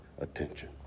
attention